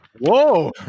Whoa